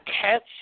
catch